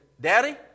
Daddy